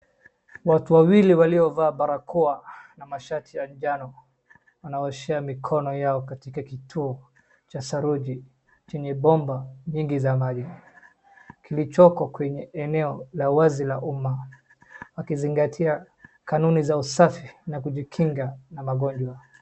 Watu wawili waliovaa barakoa na mashati ya njano wanaoshea mikono yao katika kituo cha saruji chenye bomba nyingi za maji kilichoko kwenye eneo la wazi la umma, wakizingatia kanuni za usafi na kujikinga na magonjwa.